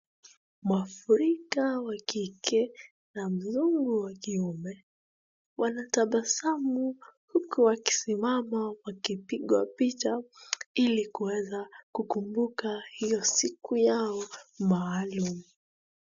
Mwafrika wa kike na mzungu wa kiume wanatabasamu huku wakisimama wakipigwa pichwa ili kuweza kukumbuka hiyo siku yao maalum.